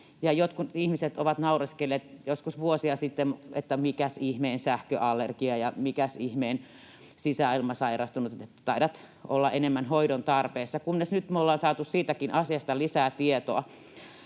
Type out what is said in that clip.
jotkut ihmiset ovat naureskelleet joskus vuosia sitten, että ”mikäs ihmeen sähköallergia” ja ”mikäs ihmeen sisäilmasairastunut” ja että ”taidat olla enemmän hoidon tarpeessa”, kunnes nyt me olemme saaneet siitäkin asiasta lisää tietoa